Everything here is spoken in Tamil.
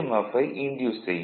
எஃப் ஐ EMF இன்டியூஸ் செய்யும்